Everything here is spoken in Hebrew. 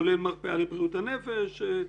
כולל מרפאה לבריאות הנפש.